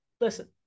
listen